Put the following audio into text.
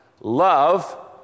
Love